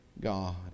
God